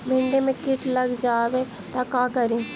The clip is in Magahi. भिन्डी मे किट लग जाबे त का करि?